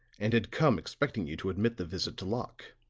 and had come expecting you to admit the visit to locke.